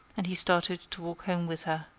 and he started to walk home with her.